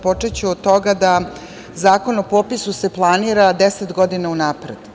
Počeću od toga da Zakon o popisu se planira deset godina unapred.